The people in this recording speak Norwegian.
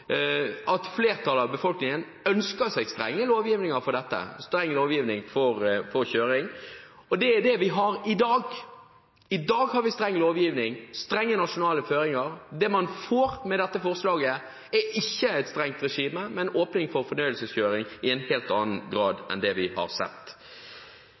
at Fremskrittspartiet har bommet når de ser på det norske folk, og det ser vi jo igjen på meningsmålingene. Flertallet av befolkningen ønsker seg streng lovgivning for scooterkjøring. Det er det vi har i dag – i dag har vi streng lovgivning og strenge nasjonale føringer. Det man får med dette forslaget, er ikke et strengt regime, men åpning for fornøyelseskjøring i en helt annen grad enn